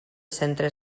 centre